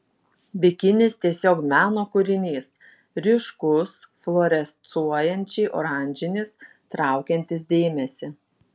bikinis tiesiog meno kūrinys ryškus fluorescuojančiai oranžinis traukiantis dėmesį